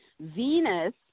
venus